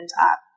up